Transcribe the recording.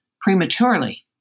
prematurely